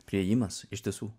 priėjimas iš tiesų